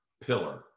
pillar